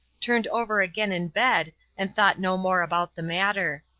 turned over again in bed and thought no more about the matter.